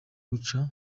buca